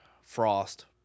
frost